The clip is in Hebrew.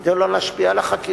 כדי לא להשפיע על החקירה.